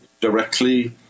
directly